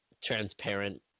transparent